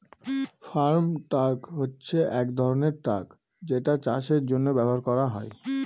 farm truck হচ্ছে এক ধরনের ট্র্যাক যেটা চাষের জন্য ব্যবহার করা হয়